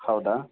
ಹೌದಾ